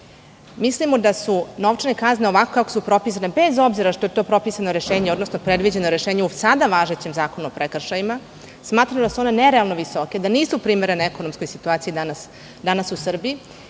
Mislimo da su novčane kazne ovako kako su propisane, bez obzira što je to propisano rešenje, odnosno predviđeno rešenje u sada važećem Zakonu o prekršajima, smatramo da su one nerealno visoke, da nisu primerene ekonomskoj situaciji danas u Srbiji. Čuli